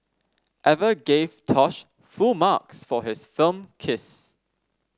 Eva gave Tosh full marks for his film kiss